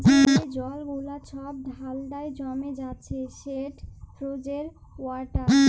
যে জল গুলা ছব ঠাল্ডায় জমে যাচ্ছে সেট ফ্রজেল ওয়াটার